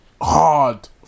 hard